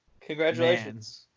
Congratulations